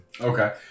Okay